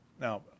Now